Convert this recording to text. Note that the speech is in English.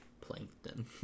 Plankton